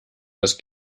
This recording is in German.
das